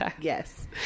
Yes